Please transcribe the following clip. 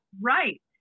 Right